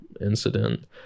incident